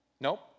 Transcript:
Nope